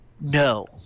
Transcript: No